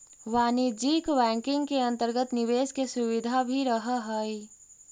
वाणिज्यिक बैंकिंग के अंतर्गत निवेश के सुविधा भी रहऽ हइ